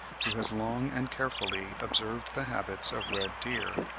who has long and carefully observed the habits of red-deer,